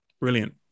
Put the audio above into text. Brilliant